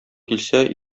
килсә